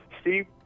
Steve